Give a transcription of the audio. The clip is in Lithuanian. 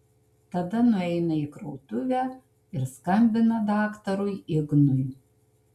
tada nueina į krautuvę ir skambina daktarui ignui